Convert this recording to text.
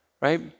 right